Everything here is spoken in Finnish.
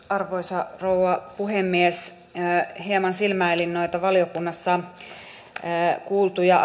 arvoisa rouva puhemies hieman silmäilin noita valiokunnassa kuultuja